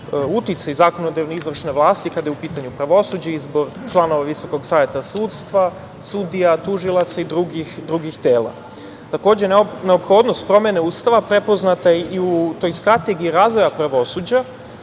uticaj zakonodavne izvršne vlasti kada je u pitanju pravosuđe, izbor članova Visokog saveta sudstva, sudija, tužilaca i drugih tela. Takođe, neophodnost promene Ustava prepoznata je u i toj Strategiji razvoja pravosuđa